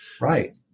Right